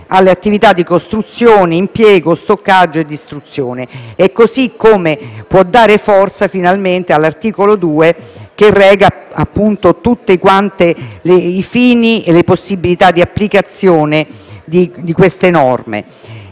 alle attività di costruzione, impiego, stoccaggio e distribuzione. Così come può dare forza, finalmente, l'articolo 2 che reca i fini e le possibilità di applicazione di tali norme.